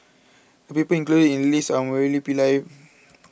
the people included in the list are Murali Pillai